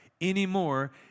anymore